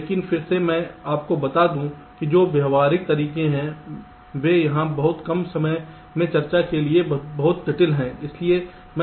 लेकिन फिर से मैं आपको बता दूं कि जो व्यावहारिक तरीके हैं वे यहां बहुत कम समय में चर्चा के लिए बहुत जटिल हैं